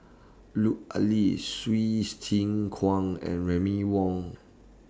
Lut Ali Hsu Tse Kwang and Remy Ong